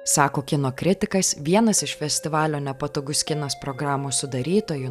sako kino kritikas vienas iš festivalio nepatogus kinas programos sudarytojų